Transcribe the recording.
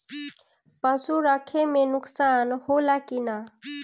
पशु रखे मे नुकसान होला कि न?